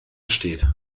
steht